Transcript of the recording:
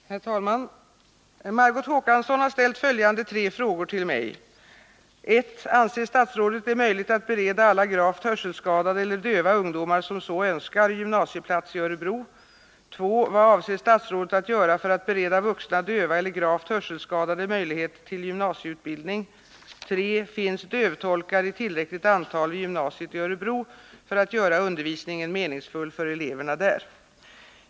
Herr talman! Margot Håkansson har ställt följande tre frågor till mig: 1. Anser statsrådet det möjligt att bereda alla gravt hörselskadade eller döva ungdomar som så önskar gymnasieplats i Örebro? 3. Finns dövtolkar i tillräckligt antal vid gymnasiet i Örebro för att göra undervisningen meningsfull för eleverna där?